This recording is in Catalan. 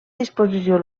disposició